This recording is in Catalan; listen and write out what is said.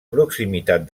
proximitat